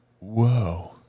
whoa